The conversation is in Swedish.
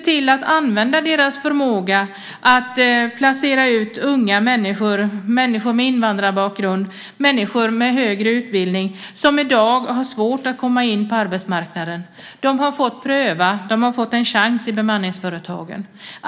Vi måste använda deras förmåga att placera ut unga människor, människor med invandrarbakgrund och människor med högre utbildning som i dag har svårt att komma in på arbetsmarknaden. De har fått pröva, och de har fått en chans i bemanningsföretagen.